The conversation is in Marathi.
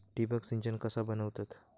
ठिबक सिंचन कसा बनवतत?